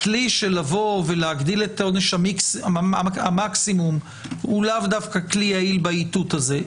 הכלי של להגדיל את עונש המקסימום הוא לאו דווקא כלי יעיל באיתות הזה.